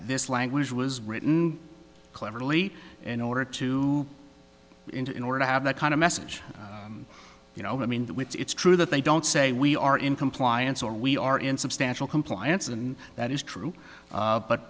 this language was written cleverly in order to in order to have that kind of message you know i mean it's true that they don't say we are in compliance or we are in substantial compliance and that is true